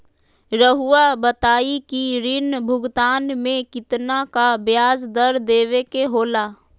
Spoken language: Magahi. रहुआ बताइं कि ऋण भुगतान में कितना का ब्याज दर देवें के होला?